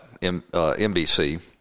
NBC